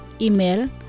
Email